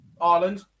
Ireland